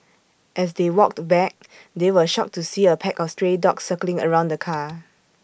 as they walked back they were shocked to see A pack of stray dogs circling around the car